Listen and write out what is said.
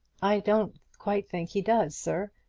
i don't quite think he does, sir.